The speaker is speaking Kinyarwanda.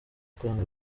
kwanga